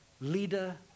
leader